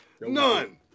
none